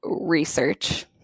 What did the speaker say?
research